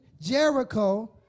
Jericho